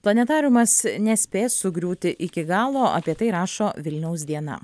planetariumas nespės sugriūti iki galo apie tai rašo vilniaus diena